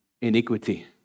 iniquity